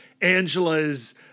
Angela's